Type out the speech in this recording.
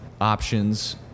options